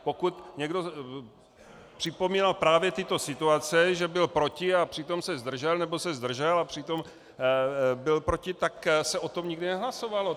Pokud někdo připomínal právě tyto situace, že byl proti a přitom se zdržel, nebo se zdržel a přitom byl proti, tak se o tom nikdy nehlasovalo.